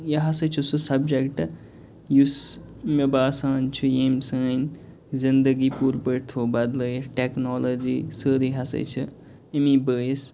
یہِ ہسا چھِ سُہ سَبجَکٹ یُس مےٚ باسان چھُ یٔمۍ سٲنۍ زندگی پورٕ پٲٹھۍ تھٔوٚو بَدلٲیِتھ ٹیٚکنالجی سٲرٕے ہسا چھِ أمی بٲیِس